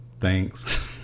Thanks